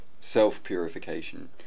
self-purification